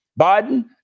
Biden